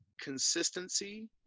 consistency